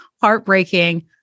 heartbreaking